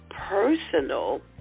personal